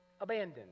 abandoned